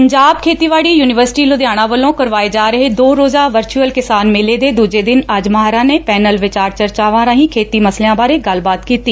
ਪੰਜਾਬ ਖੇਤੀਬਾਤੀ ਯੁਨੀਵਰਸਿਟੀ ਲੁਧਿਆਣਾ ਵੱਲੋਂ ਕਰਵਾਏ ਜਾ ਰਹੇ ਦੋ ਰੋਜ਼ਾ ਵਰਚੁਅਲ ਕਿਸਾਨ ਮੇਲੇ ਦੇ ਦੁਜੇ ਦਿਨ ਅੱਜ ਮਾਹਿਰਾ ਨੇ ਪੈਨਲ ਵਿਚਾਰ ਚਰਚਾਵਾ ਰਾਹੀ ਖੇਡੀ ਮਸਲਿਆ ਬਾਰੇ ਗੱਲਬਾਤ ਕੀਡੀ